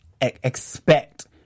expect